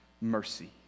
mercy